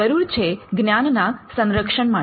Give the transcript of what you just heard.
જરૂર છે જ્ઞાનના સંરક્ષણ માટે